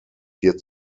hier